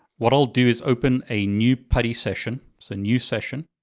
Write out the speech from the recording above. what i'll do is open a new putty session, so new session,